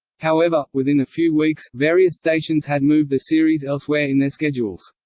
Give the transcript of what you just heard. however, within a few weeks, various stations had moved the series elsewhere in their schedules.